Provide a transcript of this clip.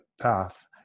path